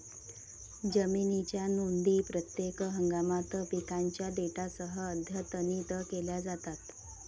जमिनीच्या नोंदी प्रत्येक हंगामात पिकांच्या डेटासह अद्यतनित केल्या जातात